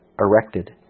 erected